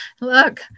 look